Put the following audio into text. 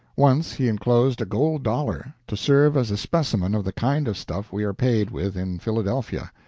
once he inclosed a gold dollar, to serve as a specimen of the kind of stuff we are paid with in philadelphia.